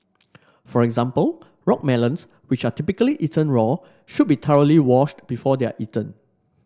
for example rock melons which are typically eaten raw should be thoroughly washed before they are eaten